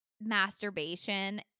masturbation